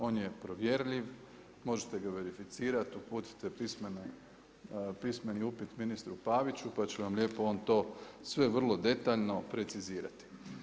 On je provjerljiv, možete ga verificirati, uputite pismeni upit ministru Paviću, pa će vam lijepo on to sve vrlo detaljno precizirati.